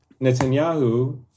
Netanyahu